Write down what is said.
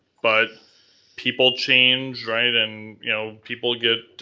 but people change, right, and you know people get